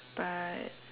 but